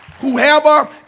Whoever